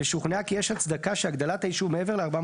ושוכנעה כי יש הצדקה שהגדלת היישוב מעבר ל-400